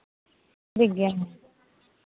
ᱴᱷᱤᱠ ᱜᱮᱭᱟ